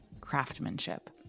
craftsmanship